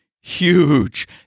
huge